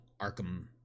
*Arkham